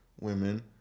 women